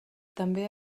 també